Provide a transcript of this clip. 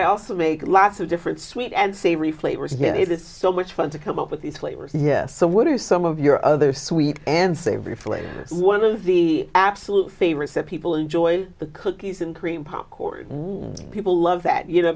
i also make lots of different sweet and savory flavors yet it is so much fun to come up with these flavors yeah so what are some of your other sweet and savory flavor one of the absolute favorites that people enjoy the cookies and cream popcorn why people love that you know